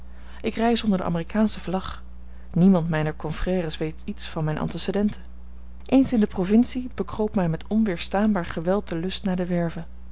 ik reis onder de amerikaansche vlag niemand mijner confrères weet iets van mijne antecedenten eens in de provincie bekroop mij met onweerstaanbaar geweld de lust naar de werve